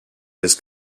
his